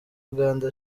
uganda